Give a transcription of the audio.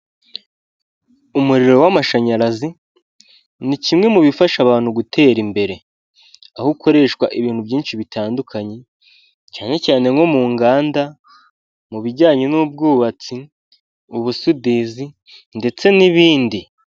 Umuriro w'amashanyarazi ni kimwe mu bifasha abantu gutera imbere. Aho ukoreshwa ibintu byinshi bitandukanye, cyane cyane nko mu nganda, mu bijyanye n'ubwubatsi, ubusudizi, ndetse n'ibindi.